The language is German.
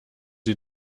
sie